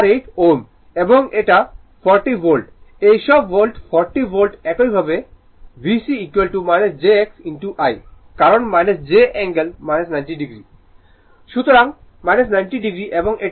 সুতরাং এটা 40 ভোল্ট এই সব ভোল্ট 40 ভোল্ট একইভাবে VC j X I কারণ j অ্যাঙ্গেল 90o সুতরাং 90o এবং এটি 45o